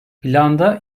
planda